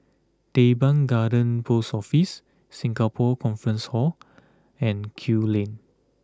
Teban Garden Post Office Singapore Conference Hall and Kew Lane